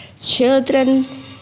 children